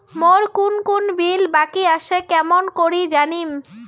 মোর কুন কুন বিল বাকি আসে কেমন করি জানিম?